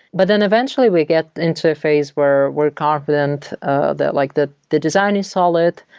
but then eventually we get into a phase where we're confident ah that like the the design is solid,